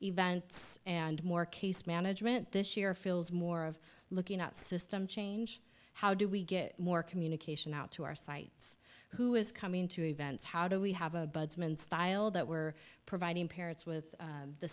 events and more case management this year feels more of looking at system change how do we get more communication out to our sites who is coming to events how do we have a style that we're providing parents with